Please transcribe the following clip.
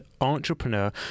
entrepreneur